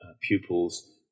pupils